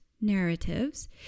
narratives